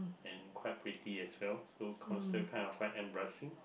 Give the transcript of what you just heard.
and quite pretty as well so quite embarrassing